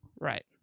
Right